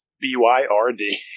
B-Y-R-D